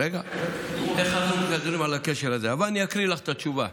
רגע, אבל אני אקריא לך את התשובה: